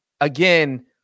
again